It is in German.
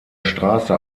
straße